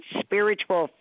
spiritual